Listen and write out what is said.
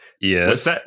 Yes